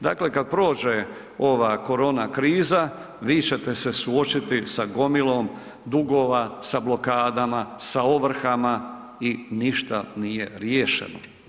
Dakle, kad prođe ova korona kriza, vi ćete se suočiti sa gomilom dugova, sa blokadama, sa ovrhama i ništa nije riješeno.